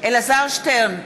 אלעזר שטרן,